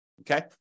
okay